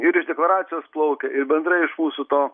ir iš deklaracijos plaukia ir bendrai iš mūsų to